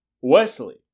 Wesley